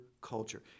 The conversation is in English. culture